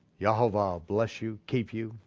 yehovah bless you, keep you,